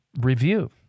review